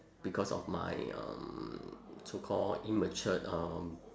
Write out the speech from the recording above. because of my um so called immature um